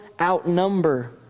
outnumber